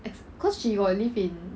it's cause she got live in